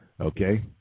Okay